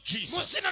Jesus